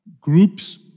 groups